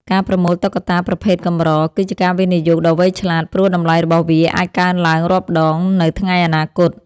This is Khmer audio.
ការប្រមូលតុក្កតាប្រភេទកម្រ គឺជាការវិនិយោគដ៏វៃឆ្លាត ព្រោះតម្លៃរបស់វាអាចកើនឡើងរាប់ដងនៅថ្ងៃអនាគត។